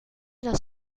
los